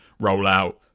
rollout